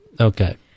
Okay